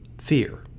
fear